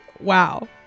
Wow